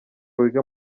wiga